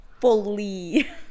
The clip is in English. fully